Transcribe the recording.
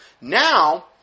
Now